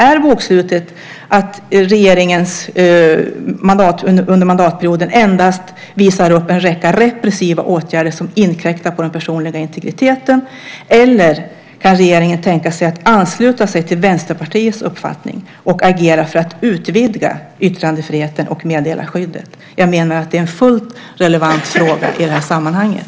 Är bokslutet det att regeringen under mandatperioden endast visar upp en räcka repressiva åtgärder som inkräktar på den personliga integriteten? Eller kan regeringen tänka sig att ansluta sig till Vänsterpartiets uppfattning och agera för att utvidga yttrandefriheten och meddelarskyddet? Jag menar att det är en fullt relevant fråga i sammanhanget.